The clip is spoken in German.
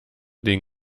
den